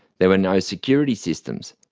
there were no security systems.